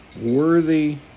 worthy